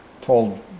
told